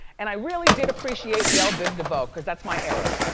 and i really did appreciate bell biv devoe cause that's my error.